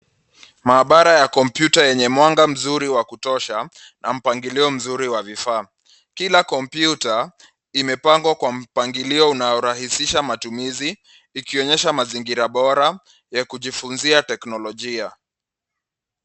Maabara ya kompyuta yenye mwanga mzuri wa kutosha na mpangilio mzuri wa vifaa. Kila kompyuta imepangwa kwa mpangilio unaorahisisha matumizi, ikionyesha mazingira bora ya kujifunzia teknolojia.